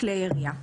כלי ירייה.